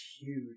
huge